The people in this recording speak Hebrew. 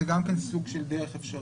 זה גם כן סוג של דרך אפשרית.